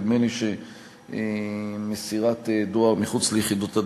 נדמה לי שמסירת דואר מחוץ ליחידות הדואר,